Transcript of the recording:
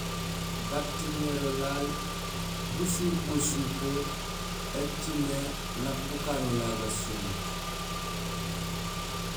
Batiŋéér olaal busupoor supoor écimé nak bukanolaal gasomuut